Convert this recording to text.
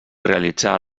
realitzà